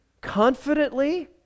confidently